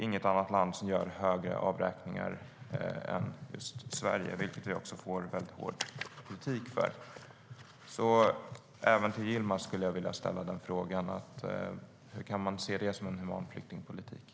Inget annat land gör heller högre avräkningar, vilket Sverige också får hård kritik för.